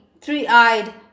three-eyed